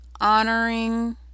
honoring